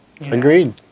Agreed